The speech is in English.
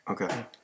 Okay